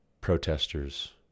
protesters